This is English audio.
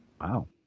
wow